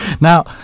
Now